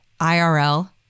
IRL